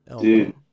Dude